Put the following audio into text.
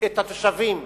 את התושבים